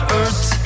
earth